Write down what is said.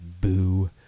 Boo